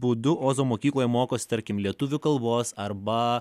būdu ozo mokykloje mokosi tarkim lietuvių kalbos arba